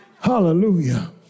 hallelujah